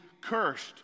cursed